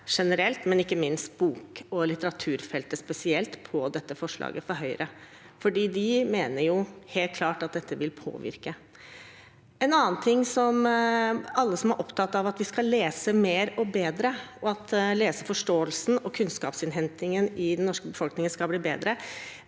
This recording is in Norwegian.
men ikke minst i bok- og litteraturfeltet spesielt, på dette forslaget fra Høyre, fordi de mener at det helt klart vil påvirke. En annen ting som gjelder alle som er opptatt av at vi skal lese mer og bedre, og at leseforståelsen og kunnskapsinnhentingen i den norske befolkningen skal bli bedre,